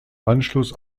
anschluss